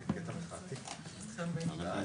טוב.